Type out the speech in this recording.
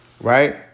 Right